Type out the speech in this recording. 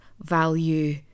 value